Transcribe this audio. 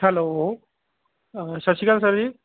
hello ਸਤਿ ਸ਼੍ਰੀ ਅਕਾਲ ਸਰ ਜੀ